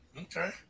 okay